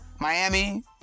Miami